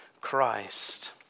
Christ